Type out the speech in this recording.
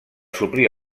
suplir